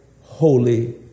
holy